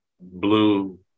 blue